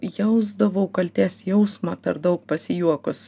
jausdavau kaltės jausmą per daug pasijuokus